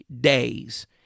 days